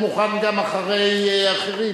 הוא מוכן גם אחרי אחרים.